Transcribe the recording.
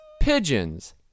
pigeons